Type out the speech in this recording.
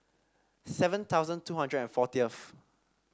seven thousand two hundred and fortieth